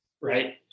right